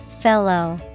fellow